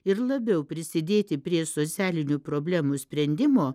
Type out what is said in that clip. ir labiau prisidėti prie socialinių problemų sprendimo